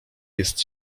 jest